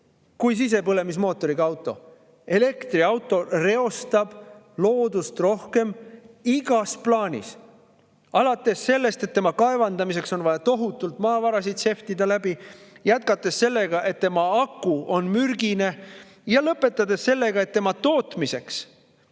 kui sisepõlemismootoriga auto. Elektriauto reostab loodust rohkem igas plaanis, alates sellest, et tema kaevandamiseks on vaja tohutult maavarasid läbi sehvtida, jätkates sellega, et tema aku on mürgine, ja lõpetades sellega, et tema tootmiseks